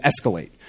escalate